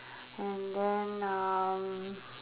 and then uh